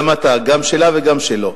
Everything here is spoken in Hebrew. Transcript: גם אתה, גם שלה וגם שלו.